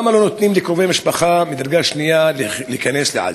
2. למה לא נותנים לקרובי משפחה מדרגה שנייה להיכנס לעזה?